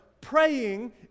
praying